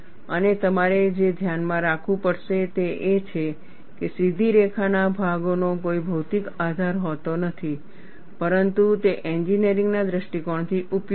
અને તમારે જે ધ્યાનમાં રાખવું પડશે તે એ છે કે સીધી રેખાના ભાગોનો કોઈ ભૌતિક આધાર હોતો નથી પરંતુ તે એન્જિનિયરિંગના દૃષ્ટિકોણથી ઉપયોગી છે